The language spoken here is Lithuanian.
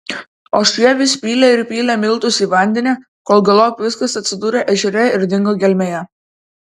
o šie vis pylė ir pylė miltus į vandenį kol galop viskas atsidūrė ežere ir dingo gelmėje